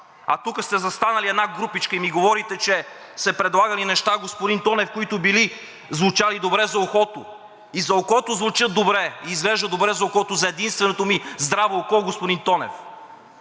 А тук сте застанали една групичка и ми говорите, че се предлагали неща, господин Тонев, които били звучали добре за ухото. И за окото звучат добре и изглеждат добре за окото, за единственото ми здраво око, господин Тонев.